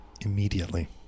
immediately